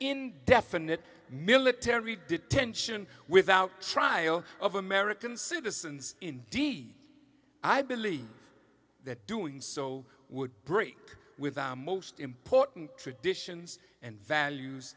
indefinite military detention without trial of american citizens in d i believe that doing so would break with our most important traditions and values